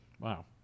Wow